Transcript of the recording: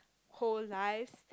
whole life